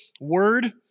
word